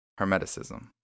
Hermeticism